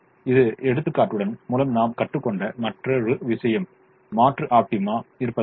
இந்த எடுத்துக்காட்டின் மூலம் நாம் கற்றுக்கொண்ட மற்ற விஷயம் மாற்று ஆப்டிமாவின் இருப்பாகும்